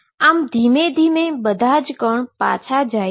આમ ધીમે ધીમે બધા જ કણ પાછા જાય છે